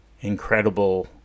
incredible